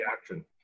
Action